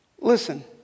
Listen